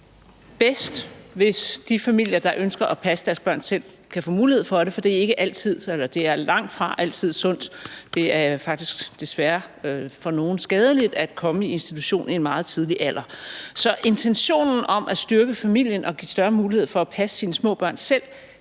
bedst, hvis de familier, der ønsker at passe deres børn selv, kan få mulighed for det, for det er langtfra altid sundt – det er faktisk desværre for nogle skadeligt – at komme i institution i en meget tidlig alder. Så intentionen om at styrke familien og give større mulighed for at passe sine små børn selv